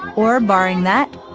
or, barring that,